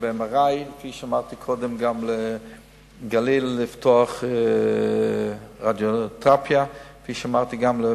ה-MRI וכפי שאמרתי קודם גם לגבי פתיחת רדיותרפיה בגליל,